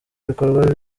ibikorwa